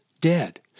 dead